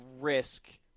risk